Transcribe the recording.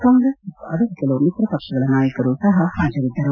ಕಾಂಗ್ರೆಸ್ ಮತ್ತು ಅದರ ಕೆಲವು ಮಿತ್ರ ಪಕ್ಷಗಳ ನಾಯಕರೂ ಸಹ ಹಾಜರಿದ್ದರು